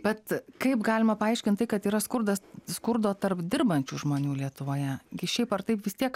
bet kaip galima paaiškint tai kad yra skurdas skurdo tarp dirbančių žmonių lietuvoje gi šiaip ar taip vis tiek